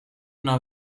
una